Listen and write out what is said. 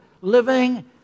living